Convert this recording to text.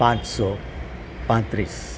પાંચસો પાંત્રીસ